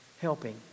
helping